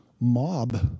mob